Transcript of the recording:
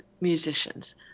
musicians